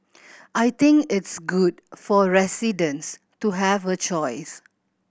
I think it's good for residents to have a choice